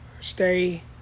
stay